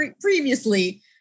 previously